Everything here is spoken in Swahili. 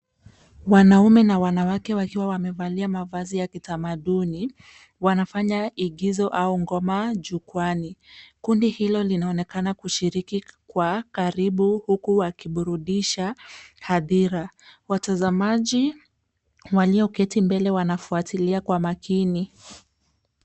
Wanaume na wanawake, wakiwa wamevalia mavazi ya kitamaduni, wanafanya igizo au ngoma jukwaani. Kundi hilo linaonekana kushiriki kwa karibu, huku wakiburudisha hadhira. Watazamaji walioketi mbele wanafuatilia kwa makini.